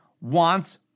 wants